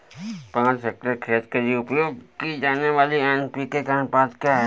पाँच हेक्टेयर खेत के लिए उपयोग की जाने वाली एन.पी.के का अनुपात क्या होता है?